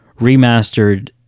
remastered